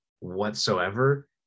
whatsoever